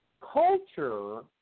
Culture